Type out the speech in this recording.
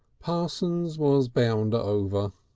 parsons was bound ah over.